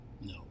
no